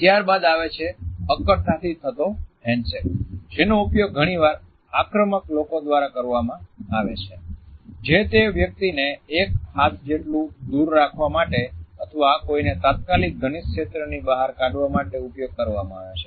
ત્યારબાદ આવે છે અક્કડતાથી થતો હેન્ડશેક જેનો ઉપયોગ ઘણીવાર આક્રમક લોકો દ્વારા કરવામાં આવે છે જે તે વ્યક્તિને એક હાથ જેટલું દુર રાખવા માટે અથવા કોઈને તાત્કાલિક ઘનિષ્ઠ ક્ષેત્રની બહાર કાઢવા માટે ઉપયોગ કરવામાં આવે છે